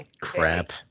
crap